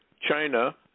China